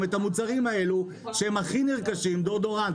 את המוצרים האלה שהם הכי נרכשים דיאודורנט,